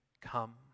come